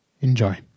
Enjoy